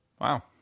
wow